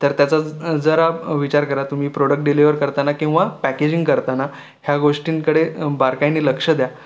तर त्याचा जरा विचार करा तुम्ही प्रॉडक्ट डिलिव्हर करताना किंवा पॅकेजिंग करताना ह्या गोष्टींकडे बारकाईने लक्ष द्या